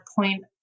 point